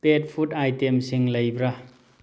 ꯄꯦꯠ food ꯑꯥꯏꯇꯦꯝꯁꯤꯡ ꯂꯩꯕ꯭ꯔꯥ